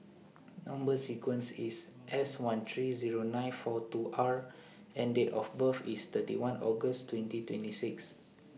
Number sequence IS S one three Zero nine four two R and Date of birth IS thirty one August twenty twenty six